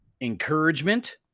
encouragement